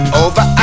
over